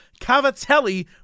cavatelli